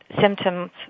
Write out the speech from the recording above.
symptoms